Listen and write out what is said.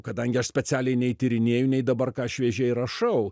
kadangi aš specialiai nei tyrinėju nei dabar ką šviežiai rašau